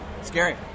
Scary